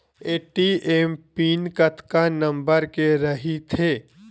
ATM PIN कतका number के रही थे?